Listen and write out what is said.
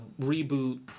reboot